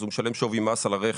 אז הוא משלם שווי מס על הרכב.